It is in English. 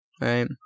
right